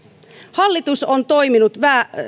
hallitus on toiminut